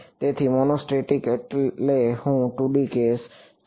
તેથી મોનોસ્ટેટિક એટલે હું 2 D કેસ